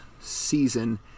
season